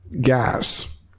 gas